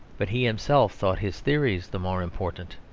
but he himself thought his theories the more important,